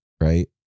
Right